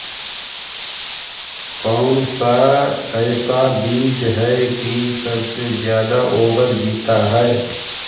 कौन सा ऐसा बीज है की सबसे ज्यादा ओवर जीता है?